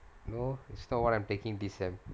no it's not what I'm taking this semester